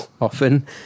often